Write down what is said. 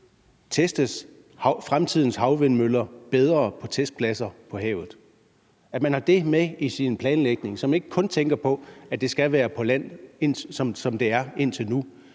at fremtidens havvindmøller måske testes bedre på testpladser på havet – at man har det med i sin planlægning, så man ikke kun tænker på, at det skal være på land, som det har været indtil nu.